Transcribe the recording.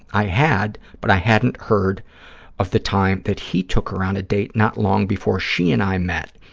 i had, but i hadn't heard of the time that he took her on a date not long before she and i met,